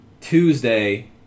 tuesday